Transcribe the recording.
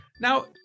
Now